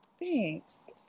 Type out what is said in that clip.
thanks